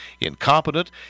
incompetent